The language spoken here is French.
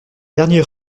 derniers